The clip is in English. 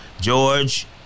George